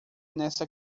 nessa